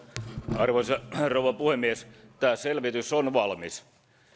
arvoisa rouva puhemies tämä selvitys on valmis